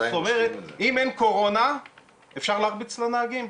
זאת אומרת אם אין קורונה אפשר להרביץ לנהגים?